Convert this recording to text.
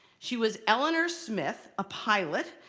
she was eleanor smith, a pilot,